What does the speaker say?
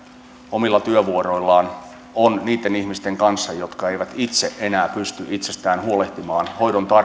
omilla työvuoroillaan ovat niitten ihmisten kanssa jotka eivät itse enää pysty itsestään huolehtimaan eli silloin kun hoidon